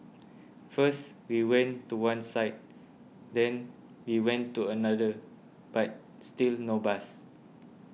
first we went to one side then we went to another but still no bus